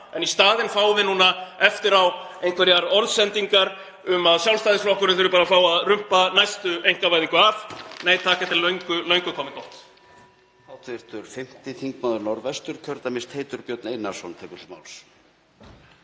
Í staðinn fáum við núna eftir á einhverjar orðsendingar um að Sjálfstæðisflokkurinn þurfi bara að fá að rumpa næstu einkavæðingu af. Nei, takk, þetta er löngu, löngu komið gott.